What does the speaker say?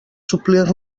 suplir